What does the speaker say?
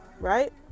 Right